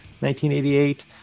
1988